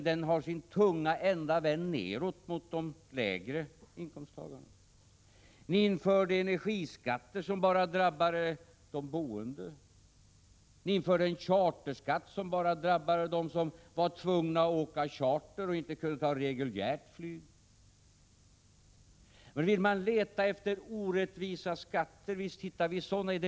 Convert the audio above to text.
Den har sin tunga ände vänd nedåt, mot de lägre inkomsttagarna. Ni införde energiskatter som bara drabbade de boende och en charterskatt som bara drabbade dem som var tvungna att ta charter och inte kunde flyga reguljärt. Om man vill leta efter orättvisa skatter, så visst hittar man sådana.